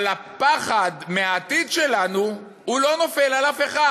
אבל הפחד מהעתיד שלנו, הוא לא נופל על אף אחד,